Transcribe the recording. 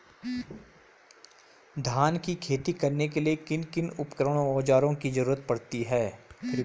धान की खेती करने के लिए किन किन उपकरणों व औज़ारों की जरूरत पड़ती है?